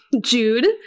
Jude